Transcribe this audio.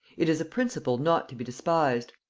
it is a principle not to be despised,